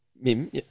Mim